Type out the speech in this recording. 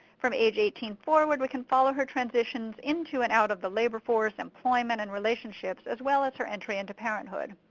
from age eighteen forward, we can follow her transitions transitions into and out of the labor force, employment, and relationships, as well as her entry into parenthood.